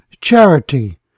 charity